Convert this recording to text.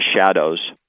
shadows